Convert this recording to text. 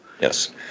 Yes